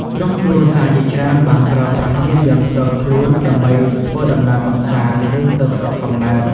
ក្រុមគ្រួសារជាច្រើនបានប្រើប្រាស់យានយន្តផ្ទាល់ខ្លួន ដើម្បីធ្វើដំណើរកម្សាន្ត ឬទៅស្រុកកំណើត។